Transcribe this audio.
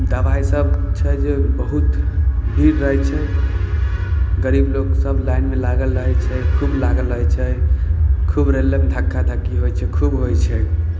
दबाइ सब छै जे बहुत भीड़ रहै छै गरीब लोक सब लाइनमे लागल रहै छै खूब लागल रहै छै खूब रेलम धक्का धक्की होइ छै खूब होइ छै